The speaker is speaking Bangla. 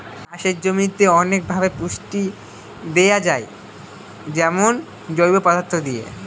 চাষের জমিতে অনেকভাবে পুষ্টি দেয়া যায় যেমন জৈব পদার্থ দিয়ে